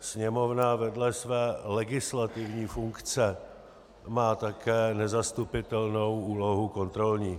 Sněmovna vedle své legislativní funkce má také nezastupitelnou úlohu kontrolní.